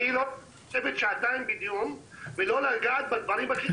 אני לא צריך לשבת שעתיים בדיון ולא לגעת בדברים הכי חשובים.